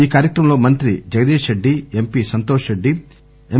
ఈ కార్యక్రమంలో మంత్రి జగదీష్ రెడ్డి ఎంపి సంతోష్ ఎమ్